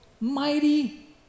Mighty